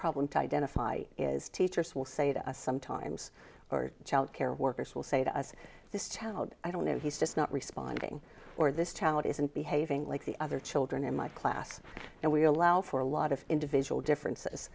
problem to identify is teachers will say to us sometimes or child care workers will say to us this child i don't know he's just not responding or this child isn't behaving like the other children in my class and we allow for a lot of individual differences